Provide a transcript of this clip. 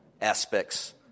aspects